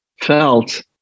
Felt